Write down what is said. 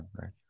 right